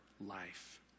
life